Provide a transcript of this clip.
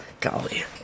Golly